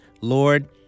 Lord